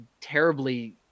terribly